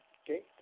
okay